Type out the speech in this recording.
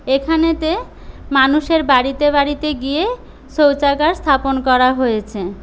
এখানেতে মানুষের বাড়িতে বাড়িতে গিয়ে শৌচাগার স্থাপণ করা হয়েছে